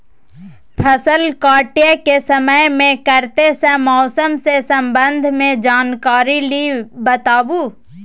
फसल काटय के समय मे कत्ते सॅ मौसम के संबंध मे जानकारी ली बताबू?